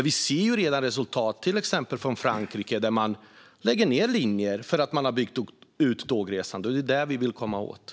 Vi ser redan resultat från till exempel Frankrike där man lägger ned linjer för att man har byggt ut tågresandet. Det är det vi vill åstadkomma.